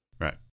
Right